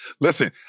Listen